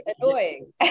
annoying